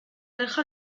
reja